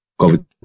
COVID